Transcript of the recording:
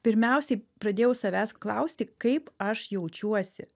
pirmiausiai pradėjau savęs klausti kaip aš jaučiuosi